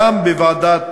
גם בוועידת